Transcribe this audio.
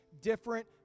different